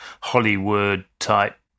Hollywood-type